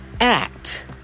act